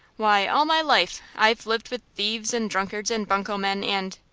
why, all my life i've lived with thieves, and drunkards, and bunco men, and